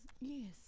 Yes